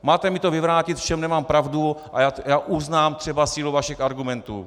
Máte mi vyvrátit, v čem nemám pravdu, a já uznám třeba sílu vašich argumentů.